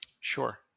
Sure